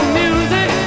music